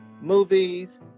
movies